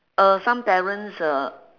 uh some parents uh